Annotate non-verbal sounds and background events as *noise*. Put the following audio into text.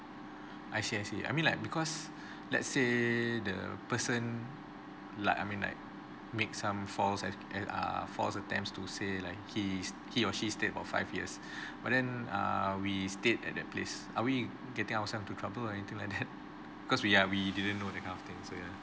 I see I see I mean like because let's say the person like I mean like make some false at~ at err false attempt to say like he he or she stayed for five years *breath* but then err we stayed at that place are we getting ourselves into trouble or anything like that *breath* because we uh we didn't know that kind of things so ya